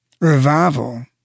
Revival